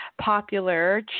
Popular